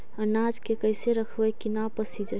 अनाज के कैसे रखबै कि न पसिजै?